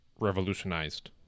revolutionized